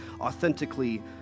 authentically